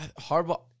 Harbaugh